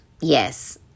yes